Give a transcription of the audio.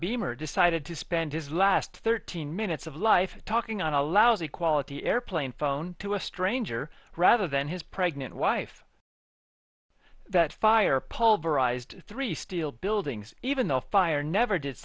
beamer decided to spend his last thirteen minutes of life talking on a lousy quality airplane phone to a stranger rather than his pregnant wife that fire pulverized three steel buildings even the fire never did